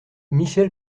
michel